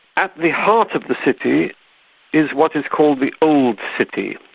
at the heart of the city is what is called the old city,